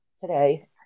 today